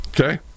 okay